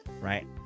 right